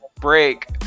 break